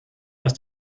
ist